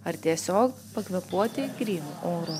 ar tiesiog pakvėpuoti grynu oru